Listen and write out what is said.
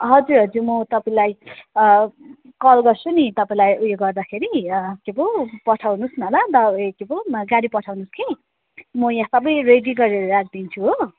हजुर हजुर म तपाईँलाई अँ कल गर्छु नि तपाईँलाई उयो गर्दाखेरि अँ के पो पठाउनुहोस् न ल द ए के पो गाडी पठाउनु कि म यहाँ सबै रेडी गरेर राखिदिन्छु हो